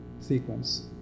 sequence